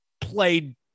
played